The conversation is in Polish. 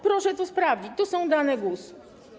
Proszę to sprawdzić, to są dane GUS.